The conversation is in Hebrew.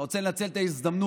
אני רוצה לנצל את ההזדמנות